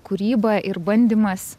kūryba ir bandymas